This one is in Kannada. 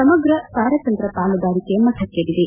ಸಮಗ್ರ ಕಾರ್ಯತಂತ್ರ ಪಾಲುದಾರಿಕೆ ಮಟ್ಟಕ್ಷೇರಿದೆ